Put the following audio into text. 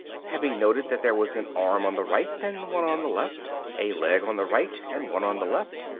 having noted that there was an arm on the right and one on the left, a leg on the right and one on the left,